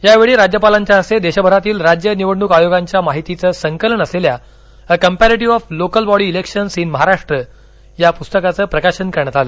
यावेळी राज्यपालांच्या हस्ते देशभरातील राज्य निवडणूक आयोगांच्या माहितीचं संकलन असलेल्या a comparative of local body elections in Maharashtra या पुस्तकांचं प्रकाशन करण्यात आलं